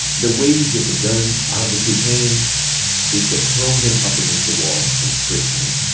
the way you get the guns out of the kids' hands is to throw them up against the wall and frisk them.